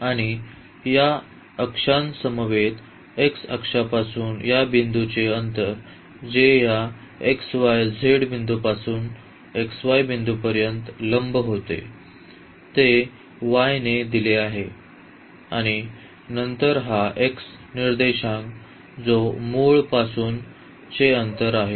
आणि या अक्षांसमवेत x अक्षापासून या बिंदूचे अंतर जे या xyz बिंदूपासून xy बिंदूपर्यंत लंब होते ते y ने दिले आहे आणि नंतर हा x निर्देशांक आहे जो मूळ पासून चे अंतर आहे